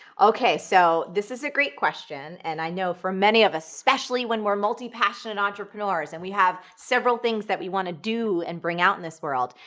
okay. so this is a great question, and i know for many of us, especially when we're multi-passionate entrepreneurs, and we have several things that we want to do and bring out in this world,